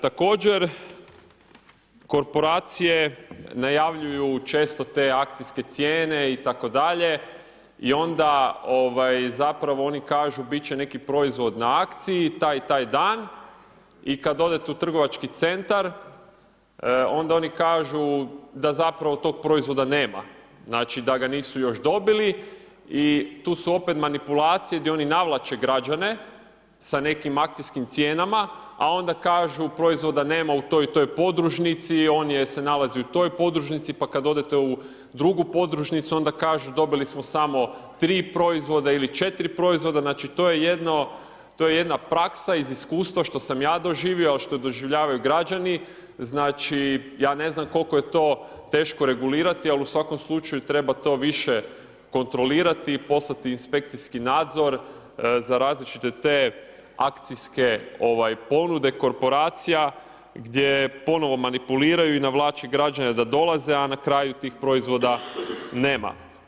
Također korporacije najavljuju često te akcijske cijene itd. i onda zapravo oni kažu bit će neki proizvod na akciji taj i taj dan i kad odete u trgovački centar onda oni kažu da zapravo tog proizvod nema, znači da ga nisu još dobili i tu su opet manipulacije gdje oni navlače građane sa nekim akcijskim cijenama a onda kažu proizvoda nema u toj i toj podružnici, on se nalazi u toj podružnici pa kad odete u drugu podružnicu onda kažu dobili smo samo tri proizvoda ili četiri proizvoda, znači to je jedna praksa iz iskustva što sam ja doživio, a što doživljavaju građani, znači ja ne znam koliko je to teško regulirati, ali u svakom slučaju treba to više kontrolirati i poslati inspekcijski nadzor za različite te akcijske ponude korporacija gdje ponovo manipuliraju i navlače građane da dolaze, a na kraju tih proizvoda nema.